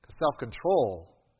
Self-control